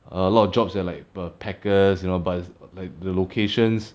a lot of jobs at like packers you know but like the locations